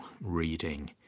reading